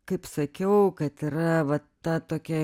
kaip sakiau kad yra va ta tokia